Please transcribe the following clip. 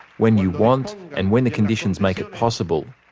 when you want and when the conditions make it possible,